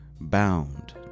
Bound